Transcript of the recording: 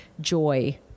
joy